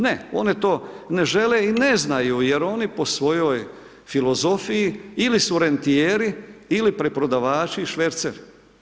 Ne, oni to ne žele i ne znaju jer oni po svojoj filozofiji ili su rentijeri, ili preprodavači i šverceri.